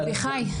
אביחי,